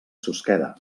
susqueda